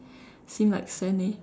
seem like sand leh